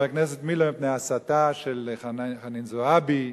הכנסת מילר מפני ההסתה של חנין זועבי,